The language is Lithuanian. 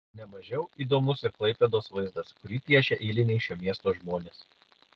ne mažiau įdomus ir klaipėdos vaizdas kurį piešia eiliniai šio miesto žmonės